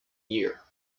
year